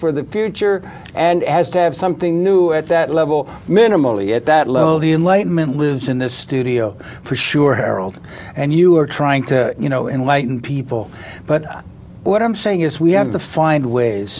for the future and has to have something new at that level minimally at that level the enlightenment lives in the studio for sure harold and you are trying to you know enlighten people but what i'm saying is we have to find ways